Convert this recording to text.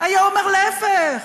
היה אומר: להפך,